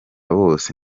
bose